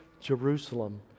Jerusalem